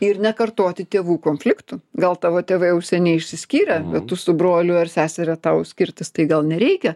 ir nekartoti tėvų konfliktų gal tavo tėvai užsienyje išsiskyrę bet tu su broliu ar seseria tau skirtis tai gal nereikia